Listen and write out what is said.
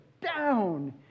down